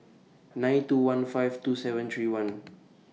nine two one five two seven three one